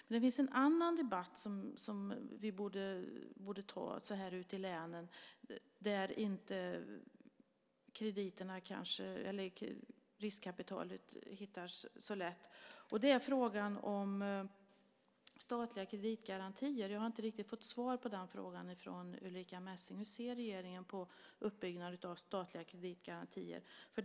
Men det finns en annan debatt som vi borde ta ute i länen dit inte riskkapitalet hittar så lätt, och det är frågan om statliga kreditgarantier. Jag har inte riktigt fått svar på den frågan från Ulrica Messing. Hur ser regeringen på uppbyggnad av statliga kreditgarantier?